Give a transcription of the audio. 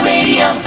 Radio